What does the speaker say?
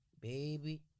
Baby